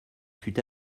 fut